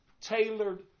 tailored